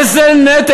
איזה נטל?